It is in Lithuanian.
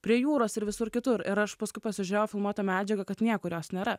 prie jūros ir visur kitur ir aš paskui pasižiūrėjau filmuotą medžiagą kad niekur jos nėra